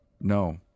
No